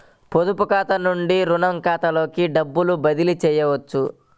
పొదుపు ఖాతా నుండీ, రుణ ఖాతాకి డబ్బు బదిలీ చేయవచ్చా?